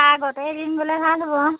তাৰ আগতেই এদিন গ'লে ভাল হ'ব আৰু